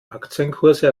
aktienkurse